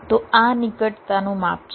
તો આ નિકટતાનું માપ છે